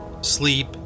sleep